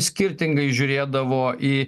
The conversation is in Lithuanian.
skirtingai žiūrėdavo į